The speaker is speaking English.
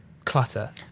clutter